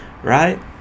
Right